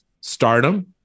stardom